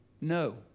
No